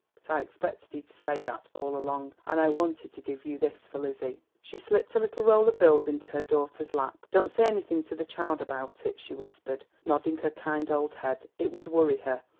but i expected he'd say that all along, and i wanted to give you this for lizzie. she slipped a little roll of bills into her daughter's lap. don't say anything to the child about it, she whispered, nodding her kind old head it would worry her.